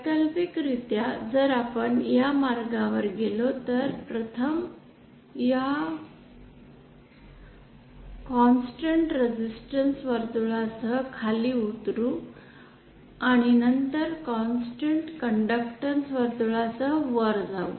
वैकल्पिकरित्या जर आपण या मार्गावर गेलो तर प्रथम आपण कॉन्स्टन्ट रेसिस्टन्स वर्तुळासह खाली उतरू आणि नंतर कॉन्स्टन्ट कंडक्टन्स वर्तुळासह वर जाऊ